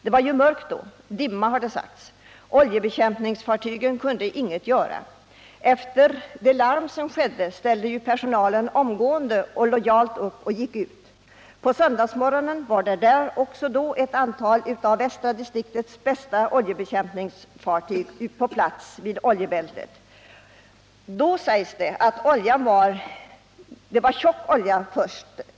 Det var då mörkt, och det har uppgivits att dimma rådde, och oljebekämpningsfartygen kunde inget göra. På söndagsmorgonen var flera av kustbevakningens oljebekämpningsfartyg på plats vid oljebältet. På lördagen hade det uppgivits vara fråga om tjock olja.